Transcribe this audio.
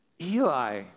Eli